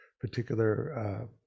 particular